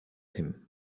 him